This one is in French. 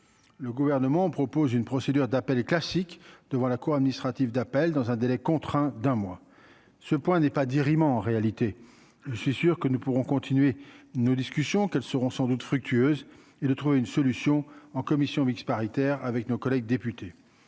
le gouvernement propose une procédure d'appel et classique devant la cour administrative d'appel dans un délai contraint d'un mois, ce point n'est pas dire il en réalité je suis sûr que nous pourrons continuer nos discussions qu'elles seront sans doute fructueuse et de trouver une solution en commission mixte paritaire, avec nos collègues députés,